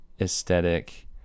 aesthetic